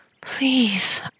Please